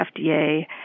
FDA